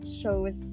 shows